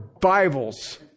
Bibles